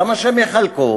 למה שהם יחלקו?